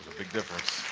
big difference